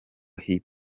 hip